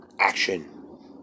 action